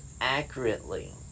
accurately